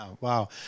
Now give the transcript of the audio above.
Wow